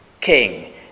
king